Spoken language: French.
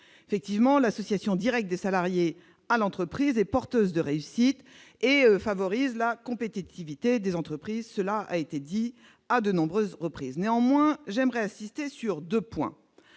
salariés. L'association directe des salariés à l'entreprise est porteuse de réussite et favorise la compétitivité des entreprises, comme cela a été dit à de nombreuses reprises. Néanmoins, j'aimerais insister sur deux points.